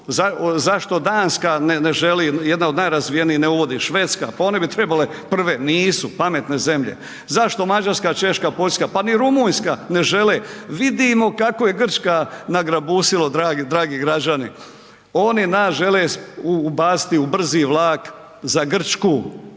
zašto Danska ne želi, jedna od najrazvijenijih ne uvodi, Švedska, pa one bi trebale prve, nisu, pametne zemlje. Zašto Mađarska, Češka, Poljska, pa ni Rumunjska ne žele, vidimo kako je Grčka nagrabusila dragi građani, oni nas žele ubaciti u brzi vlak za Grčku,